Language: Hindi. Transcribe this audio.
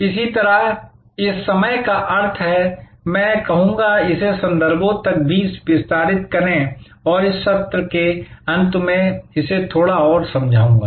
इसलिए इस समय का अर्थ है और मैं कहूंगा कि इसे संदर्भों तक भी विस्तारित करें और मैं इस सत्र के अंत में इसे थोड़ा और समझाऊंगा